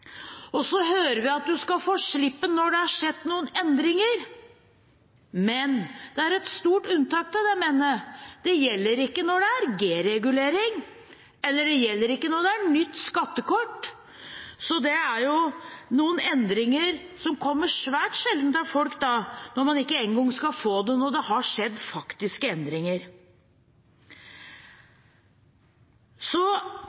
Og så hører vi at man skal få slippen når det er skjedd noen endringer. Men det er et stort unntak til det men-et: Det gjelder ikke når det er G-regulering eller nytt skattekort. Så det er noen endringer som kommer svært sjelden til folk når man ikke en gang skal få det når det har skjedd faktiske